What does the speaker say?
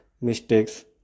mistakes